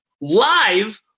live